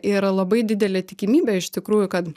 yra labai didelė tikimybė iš tikrųjų kad